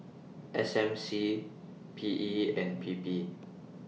S M C P E and P P